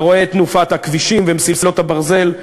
אתה רואה את תנופת הכבישים ומסילות הברזל,